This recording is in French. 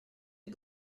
les